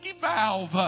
valve